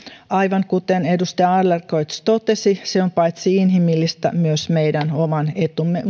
aivan kuten edustaja adlercreutz totesi se on paitsi inhimillistä myös meidän oman etumme